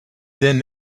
then